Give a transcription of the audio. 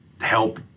help